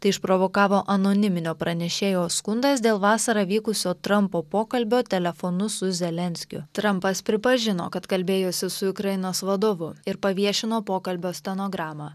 tai išprovokavo anoniminio pranešėjo skundas dėl vasarą vykusio trampo pokalbio telefonu su zelenskiu trampas pripažino kad kalbėjosi su ukrainos vadovu ir paviešino pokalbio stenogramą